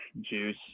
juice